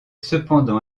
cependant